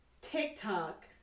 TikTok